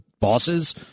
bosses